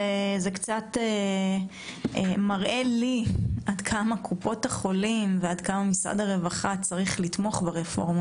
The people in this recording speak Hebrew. זה קצת מראה לי עד כמה קופות החולים ומשרד הרווחה צריך לתמוך ברפורמה,